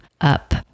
up